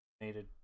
needed